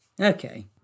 okay